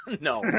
No